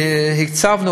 הצבנו